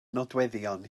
nodweddion